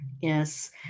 yes